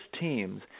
teams